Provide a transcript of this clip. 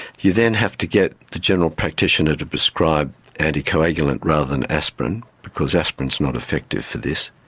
you then have to get the general practitioner to prescribe anticoagulant rather than aspirin because aspirin is not effective for this.